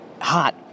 hot